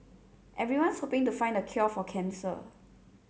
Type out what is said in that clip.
everyone's hoping to find the cure for cancer